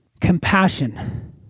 compassion